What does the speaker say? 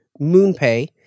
MoonPay